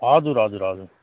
हजुर हजुर हजुर